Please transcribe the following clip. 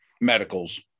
medicals